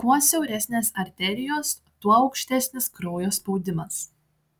kuo siauresnės arterijos tuo aukštesnis kraujo spaudimas